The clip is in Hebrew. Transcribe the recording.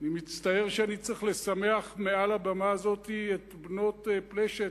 אני מצטער שאני צריך לשמח מעל הבמה הזאת את בנות פלשת,